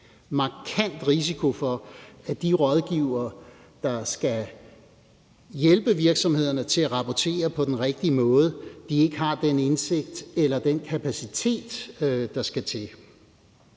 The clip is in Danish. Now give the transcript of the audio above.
markant risiko for, at de rådgivere, der skal hjælpe virksomhederne til at rapportere på den rigtige måde, ikke har den indsigt eller den kapacitet, der skal til.